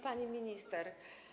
Pani Minister!